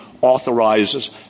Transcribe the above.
authorizes